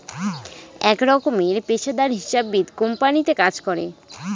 এক রকমের পেশাদার হিসাববিদ কোম্পানিতে কাজ করে